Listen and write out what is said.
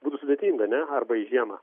būtų sudėtinga ne arba į žiemą